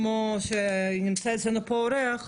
כמו שנמצא פה אצלנו האורח,